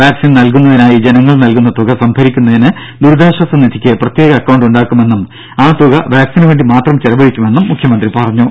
vaccine നൽകുന്നതിനായി ജനങ്ങൾ നൽകുന്ന തുക സംഭരിക്കുന്നതിന് ദുരിതാശ്വാസ നിധിക്ക് പ്രത്യേക അക്കൌണ്ട് ഉണ്ടാക്കുമെന്നും ആ തുക വാക്സിനേഷനുവേണ്ടി മാത്രം ചെലവഴിക്കുമെന്നും മുഖ്യമന്ത്രി പറഞ്ഞു